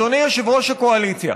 אדוני יושב-ראש הקואליציה,